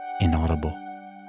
inaudible